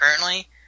currently